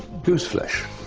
goose flesh.